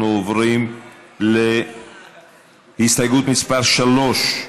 אנחנו עוברים להסתייגות מס' 3,